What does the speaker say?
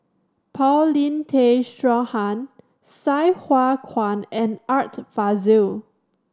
Paulin Tay Straughan Sai Hua Kuan and Art Fazil